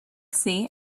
sea